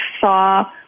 saw